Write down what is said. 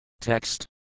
Text